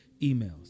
emails